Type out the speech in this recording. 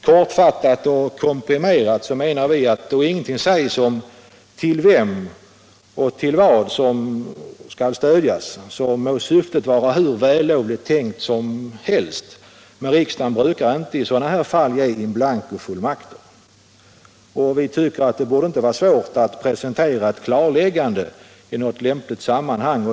Kortfattat och komprimerat menar vi att då ingenting sägs om vem och vad som skall stödjas brukar inte riksdagen — sedan må syftet vara hur vällovligt som helst — ge regeringen fullmakter in blanko. Vi tycker att det inte borde vara svårt att presentera ett klarläggande i något lämpligt sammanhang.